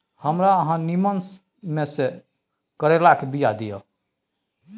हमरा अहाँ नीमन में से करैलाक बीया दिय?